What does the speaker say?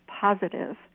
positive